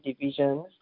divisions